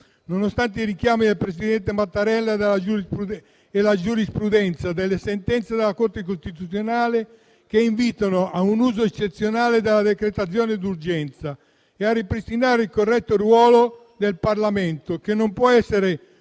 nonostante i richiami del presidente Mattarella e la giurisprudenza delle sentenze della Corte costituzionale, che invitano a un uso eccezionale della decretazione d'urgenza e a ripristinare il corretto ruolo del Parlamento, che non può essere